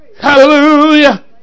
Hallelujah